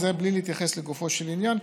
זה בלי להתייחס לגופו של עניין,